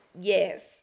yes